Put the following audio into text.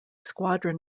squadron